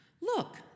Look